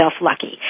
lucky